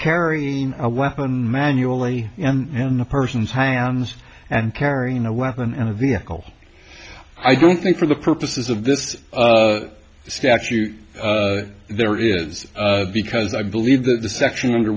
carrying a weapon manually and the person's hands and carrying a weapon in a vehicle i don't think for the purposes of this statute there is because i believe that the section under